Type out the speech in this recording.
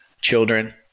children